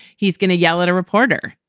he's gonna yell at a reporter.